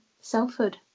selfhood